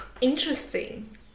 interesting